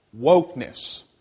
wokeness